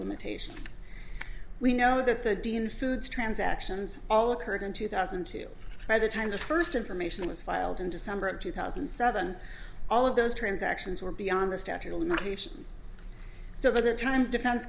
limitations we know that the dean foods transactions all occurred in two thousand and two by the time the first information was filed in december of two thousand and seven all of those transactions were beyond the statute of limitations so the time defense